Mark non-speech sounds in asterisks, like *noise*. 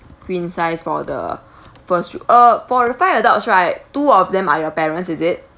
queen size for the *breath* first uh for the five adults right two of them are your parents is it